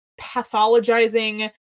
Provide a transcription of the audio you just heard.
pathologizing